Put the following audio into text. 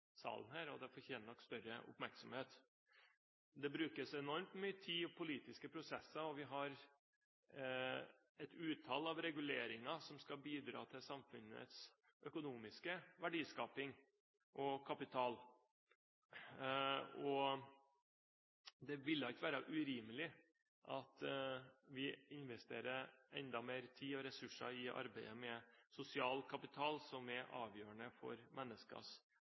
salen. Det fortjener nok større oppmerksomhet. Det brukes enormt mye tid og politiske prosesser, og vi har et utall reguleringer som skal bidra til samfunnets økonomiske verdiskaping og kapital. Det ville ikke være urimelig at vi investerte enda mer tid og ressurser i arbeidet med sosial kapital, som er avgjørende for